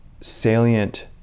salient